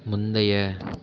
முந்தைய